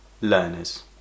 learners